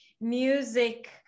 music